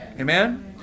Amen